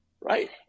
right